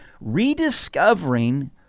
rediscovering